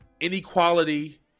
inequality